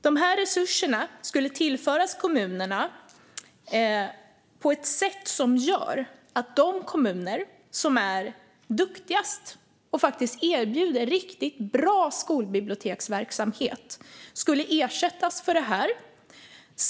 De här resurserna skulle tillföras kommunerna på ett sätt som gör att de kommuner som är duktigast och faktiskt erbjuder riktigt bra skolbiblioteksverksamhet skulle ersättas för det.